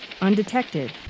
undetected